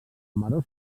maror